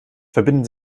verbinden